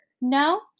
no